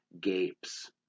gapes